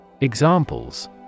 Examples